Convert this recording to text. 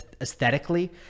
aesthetically